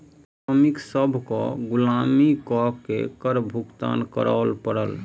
श्रमिक सभ केँ गुलामी कअ के कर भुगतान करअ पड़ल